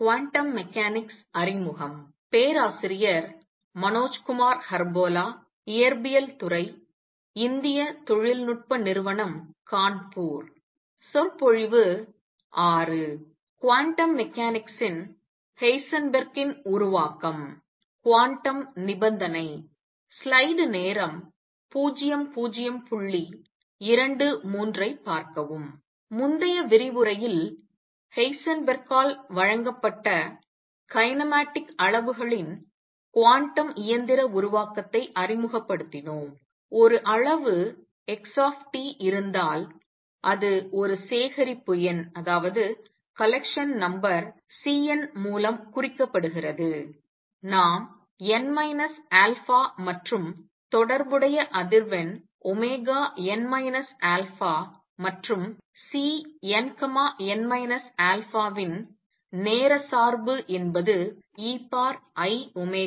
quantum மெக்கானிக்ஸின் ஹெய்சன்பெர்க்கின் உருவாக்கம் குவாண்டம் நிபந்தனை முந்தைய விரிவுரையில் ஹெய்சன்பெர்க்கால் வழங்கப்பட்ட கைனேமேடிக் அளவுகளின் குவாண்டம் இயந்திர உருவாக்கத்தை அறிமுகப்படுத்தினோம் ஒரு அளவு x இருந்தால் அது ஒரு சேகரிப்பு எண் Cn மூலம் குறிக்கப்படுகிறது நாம் n α மற்றும் தொடர்புடைய அதிர்வெண் n α மற்றும் Cnn α ன் நேர சார்பு என்பது einn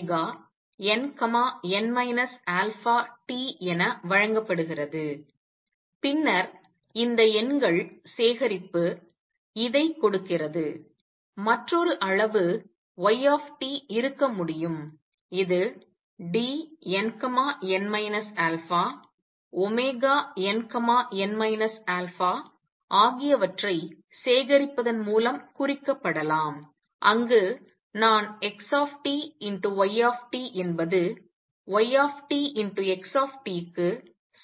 αt என வழங்கப்படுகிறது பின்னர் இந்த எண்கள் சேகரிப்பு இதை கொடுக்கிறது மற்றொரு அளவு y இருக்க முடியும் இது Dnn α nn α ஆகியவற்றை சேகரிப்பதன் மூலம் குறிக்கப்படலாம் அங்கு நான் x y என்பது y x க்கு சமமாக இல்லை என்று சொன்னேன்